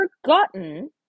forgotten